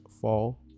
fall